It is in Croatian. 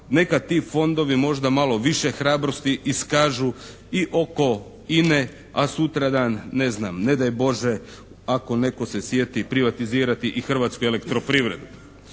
nekad ti fondovi možda malo više hrabrosti iskažu i oko INA-e, a sutradan, ne znam, ne daj Bože ako netko se sjeti privatizirati i Hrvatsku elektroprivredu.